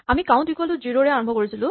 আমি count equal to zero ৰে আৰম্ভ কৰিছিলো